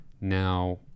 Now